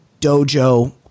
dojo